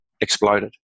exploded